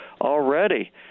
already